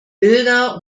bilder